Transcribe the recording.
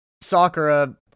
Sakura